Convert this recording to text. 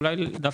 אולי הוא